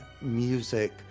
music